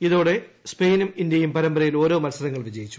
ഇതോടെ സ്പെയിനും ഇന്ത്യയും പരമ്പരയിൽ ഓരോ മൽസ രങ്ങൾ വിജയിച്ചു